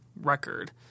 record